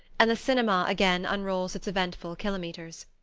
and the cinema again unrolls its eventful kilometres.